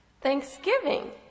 Thanksgiving